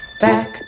back